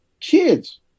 kids